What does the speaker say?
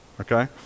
Okay